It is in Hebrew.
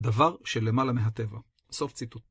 דבר שלמעלה מהטבע. סוף ציטוט.